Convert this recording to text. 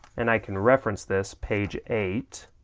and i can reference this page eight.